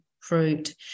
fruit